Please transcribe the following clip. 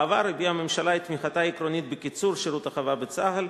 בעבר הביעה הממשלה את תמיכתה העקרונית בקיצור שירות החובה בצה"ל,